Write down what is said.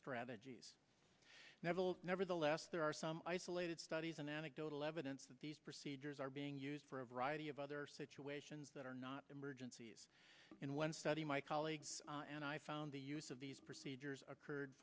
strategies nevertheless there are some isolated studies and anecdotal evidence that these procedures are being used for a variety of other situations that are not emergencies and one study my colleagues and i found the use of these procedures occurred